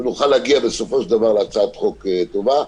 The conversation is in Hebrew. ונוכל להגיע בסופו של דבר להצעת חוק טובה.